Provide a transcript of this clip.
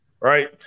Right